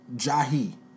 Jahi